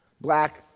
black